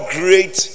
great